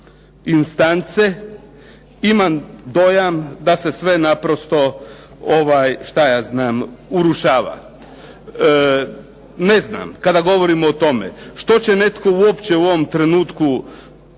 A drugostepene instance, imam dojam da se sve naprosto urušava. Ne znam, kada govorimo o tome. Što će netko uopće u ovom trenutku tužiti